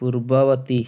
ପୂର୍ବବର୍ତ୍ତୀ